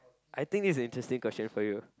I think this is a interesting question for you